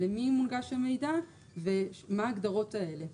למי מונגש המידע ומה ההגדרות האלה.